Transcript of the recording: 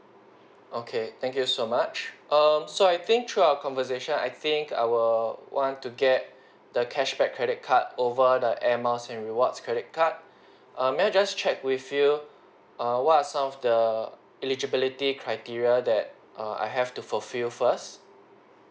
okay thank you so much um so I think through our conversation I think I will want to get the cashback credit card over the airmiles and rewards credit card err may I just check with you err what are some of the eligibility criteria that err I have to fulfill first